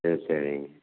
சரி சரிங்க